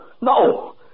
No